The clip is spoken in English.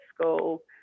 school